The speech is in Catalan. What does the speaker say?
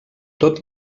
tot